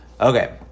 Okay